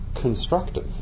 constructive